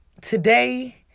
Today